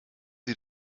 sie